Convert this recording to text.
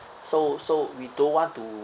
so so we don't want to